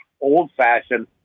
old-fashioned